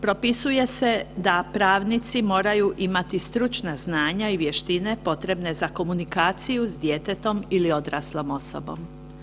Propisuje se da pravnici moraju imati stručna znanja i vještine potrebne za komunikaciju s djetetom ili odraslom osobom.